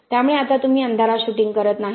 त्यामुळे आता तुम्ही अंधारात शूटिंग करत नाही